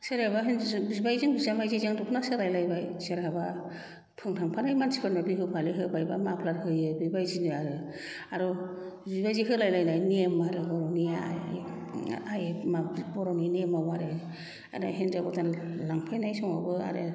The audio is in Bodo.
सोरहाबा बिबायजों बिजोमायजो जों दख'ना सोलाय लायबाय सोरहाबा थं थांफानाय मानसिफोरनो बिहुफालि होबाय बा माफ्लार होयो बेबायदिनो आरो आरो बेबायदि होलाय लायनाय नेयम आरो बर'नि नेमाव आरो ओमफ्राय हिन्जाव गोदान लांफैनाय समावबो आरो